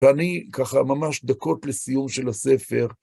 ואני ככה ממש דקות לסיום של הספר.